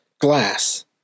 glass